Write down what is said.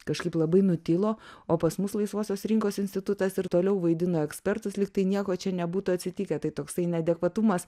kažkaip labai nutilo o pas mus laisvosios rinkos institutas ir toliau vaidino ekspertus lygtai nieko čia nebūtų atsitikę tai toksai neadekvatumas